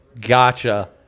Gotcha